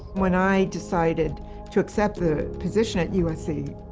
when i decided to accept the position at usc,